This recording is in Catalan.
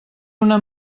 una